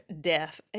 death